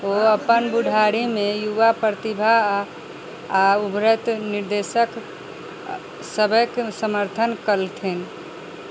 ओ अपन बुढ़ारीमे युवा प्रतिभा आ आ उभरैत निर्देशक सभक समर्थन कयलथिन